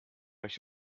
euch